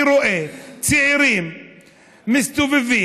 אני רואה צעירים מסתובבים,